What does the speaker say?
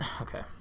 Okay